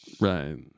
right